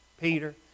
Peter